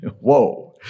whoa